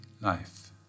life